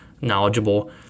knowledgeable